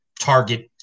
target